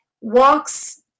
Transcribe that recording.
walks